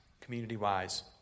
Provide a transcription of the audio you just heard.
community-wise